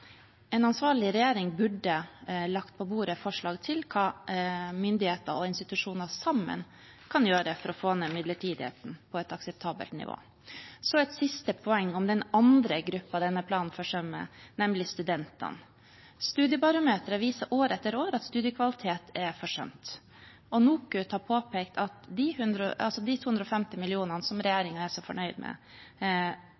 En ansvarlig regjering burde lagt på bordet forslag til hva myndigheter og institusjoner sammen kan gjøre for å få ned midlertidigheten på et akseptabelt nivå. Så et siste poeng om den andre gruppen denne planen forsømmer, nemlig studentene. Studiebarometeret viser år etter år at studiekvalitet er forsømt. NOKUT har påpekt at de 250 mill. kr som regjeringen er så fornøyd med, og som